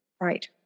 Right